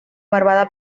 bárbara